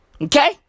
Okay